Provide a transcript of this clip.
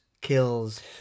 kills